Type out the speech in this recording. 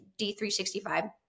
D365